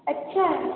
अच्छा है